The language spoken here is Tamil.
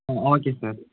ah okay sir